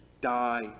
die